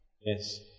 Yes